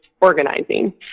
organizing